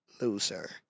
loser